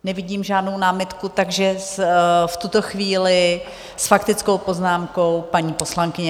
Nevidím žádnou námitku, takže v tuto chvíli s faktickou poznámkou paní poslankyně.